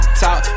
talk